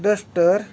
duster